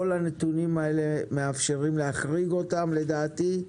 כל הנתונים האלה מאפשרים להחריג אותם לדעתי.